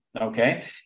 okay